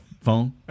phone